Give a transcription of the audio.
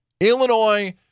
Illinois